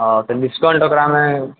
हँ तऽ डिस्काउंट ओकरामे